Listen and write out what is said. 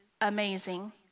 amazing